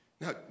Now